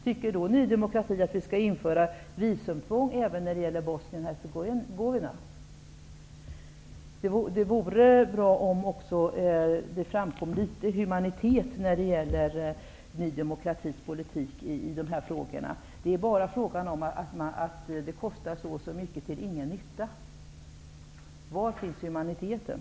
Tycker Ny demokrati att vi skall införa visumtvång även när det gäller flyktingar från Bosnien-Hercegovina? Det vore bra med litet humanitet i Ny demokratis politik i dessa frågor. Det är bara fråga om att det kostar si och så mycket till ingen nytta. Var finns humaniteten?